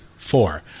Four